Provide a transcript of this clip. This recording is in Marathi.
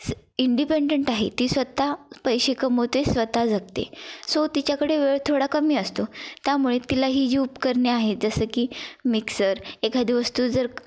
इंडिपेंडंट आहे ती स्वतः पैसे कमवते स्वतः जगते सो तिच्याकडे वेळ थोडा कमी असतो त्यामुळे तिला ही जी उपकरणे आहेत जसं की मिक्सर एखादी वस्तू जर